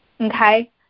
okay